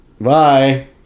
Bye